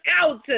out